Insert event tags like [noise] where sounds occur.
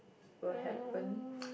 will happen [noise]